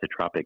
isotropic